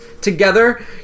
Together